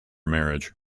marriage